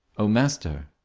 o master,